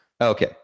Okay